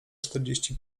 czterdzieści